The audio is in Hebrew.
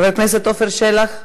חבר הכנסת עפר שלח?